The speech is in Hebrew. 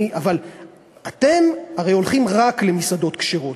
אבל אתם הרי הולכים רק למסעדות כשרות,